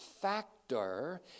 factor